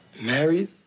Married